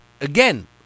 again